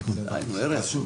אדוני היושב-ראש,